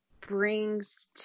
Brings